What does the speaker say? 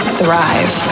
thrive